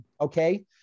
Okay